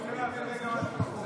אני רוצה רגע להבין משהו בחוק.